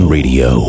Radio